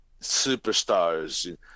superstars